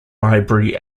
library